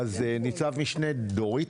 ניצב משנה דורית,